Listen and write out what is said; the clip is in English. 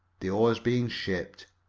the oars being shipped.